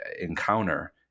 encounter